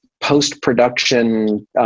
post-production